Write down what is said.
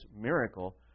miracle